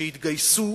שהתגייסו